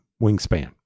Wingspan